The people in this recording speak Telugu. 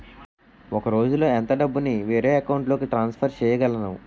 ఒక రోజులో ఎంత డబ్బుని వేరే అకౌంట్ లోకి ట్రాన్సఫర్ చేయగలను?